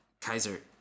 Kaiser